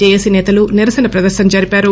JAC సేతలు నిరసన ప్రదర్రన జరిపారు